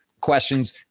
questions